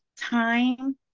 time